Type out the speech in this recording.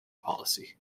policy